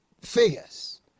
figures